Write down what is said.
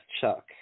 Chuck